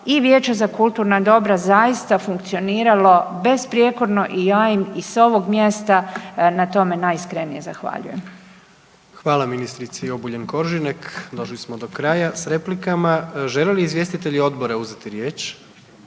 i vijeće za kulturna dobra zaista funkcioniralo besprijekorno i ja im i s ovog mjesta na tome najiskrenije zahvaljujem. **Jandroković, Gordan (HDZ)** Hvala ministrici Obuljen Koržinek. Došli smo do kraja s replikama. Žele li izvjestitelji odbora uzeti riječ?